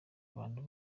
abantu